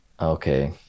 okay